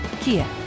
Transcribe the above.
Kia